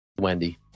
wendy